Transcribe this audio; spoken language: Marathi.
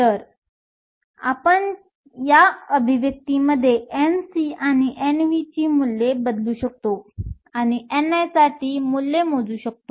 तर आपण या अभिव्यक्तीमध्ये Nc आणि Nv ची मूल्ये बदलू शकतो आणि ni साठी मूल्य मोजू शकतो